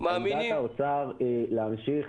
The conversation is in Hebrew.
מאמינים -- עמדת האוצר היא להמשיך